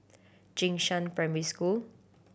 Jing Shan Primary School